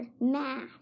math